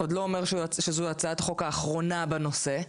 עוד לא אומרת שזאת הצעת החוק האחרונה בנושא.